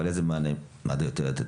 אבל איזה מענה מד"א יודע לתת?